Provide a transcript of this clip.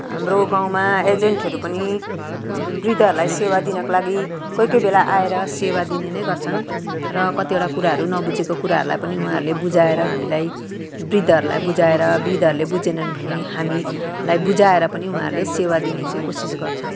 हाम्रो गाउँमा एजेन्टहरू पनि वृद्धहरूलाई सेवा दिनको लागि कोही कोही बेला आएर सेवा दिने नै गर्छन् र कतिवटा कुराहरू नबुझेको कुराहरूलाई पनि उहाँहरूले बुझाएर हामीलाई वृद्धहरूलाई बुझाएर वृद्धहरूले बुझेनन् भने हामीलाई बुझाएर पनि उहाँहरूले सेवा दिने चाहिँ कोसिस गर्छन्